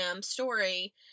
story –